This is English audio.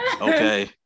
Okay